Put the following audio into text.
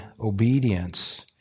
obedience